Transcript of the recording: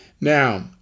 Now